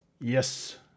Yes